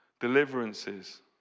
deliverances